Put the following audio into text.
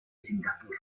singapur